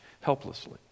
helplessly